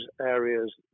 areas